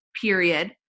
period